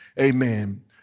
Amen